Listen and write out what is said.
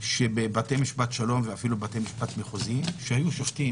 שבתי משפט שלום ואפילו בתי משפט מחוזי שהיו שופטים